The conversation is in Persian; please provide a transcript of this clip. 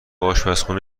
آشپزخونه